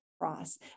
cross